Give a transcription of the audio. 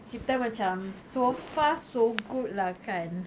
kita macam so far so good lah kan